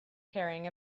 carrying